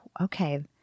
okay